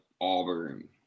Auburn